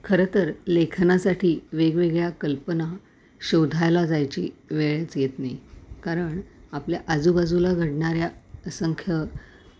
खरं तर लेखनासाठी वेगवेगळ्या कल्पना शोधायला जायची वेळच येत नाही कारण आपल्या आजूबाजूला घडणाऱ्या असंंख्य